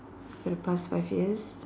for the past five years